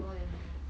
more than blue